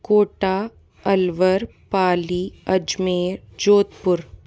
Kota Alwar Pali Ajmer Jodhpur